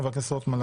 חבר הכנסת רוטמן,